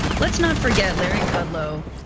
let's not forget larry kudlow.